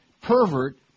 pervert